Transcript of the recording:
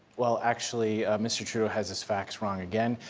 well, actually, mr. trudeau has his facts wrong again.